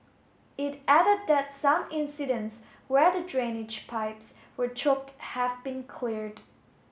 it added that some incidents where the drainage pipes were choked have been cleared